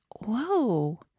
Whoa